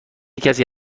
کسی